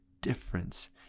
difference